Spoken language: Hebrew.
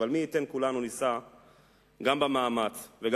אבל מי ייתן וכולנו נישא גם במאמץ וגם